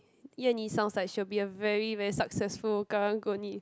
Yan-Nee sounds like she will be a very very successful karung-guni